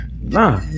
nah